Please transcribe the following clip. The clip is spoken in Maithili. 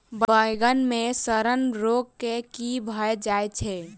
बइगन मे सड़न रोग केँ कीए भऽ जाय छै?